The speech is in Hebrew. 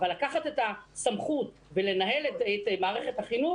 אבל לקחת את הסמכות ולנהל את מערכת החינוך